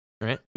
right